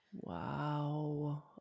Wow